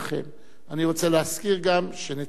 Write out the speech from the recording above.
אני רוצה גם להזכיר שנציגת ממשלת ישראל,